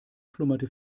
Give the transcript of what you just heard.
schlummerte